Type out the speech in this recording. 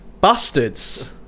Bastards